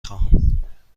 خواهم